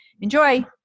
Enjoy